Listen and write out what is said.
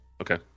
Okay